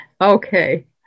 Okay